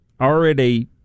already